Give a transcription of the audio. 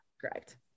correct